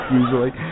usually